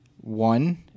One